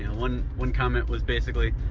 one one comment was basically,